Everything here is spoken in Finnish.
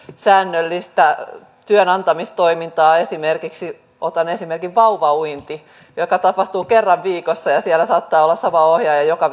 säännöllistä työnantamistoimintaa otan esimerkin vauvauinnista joka tapahtuu kerran viikossa siellä saattaa olla sama ohjaaja joka